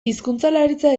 hizkuntzalaritza